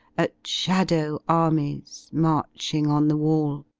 at shadow-armies, marching on the wall